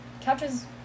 couches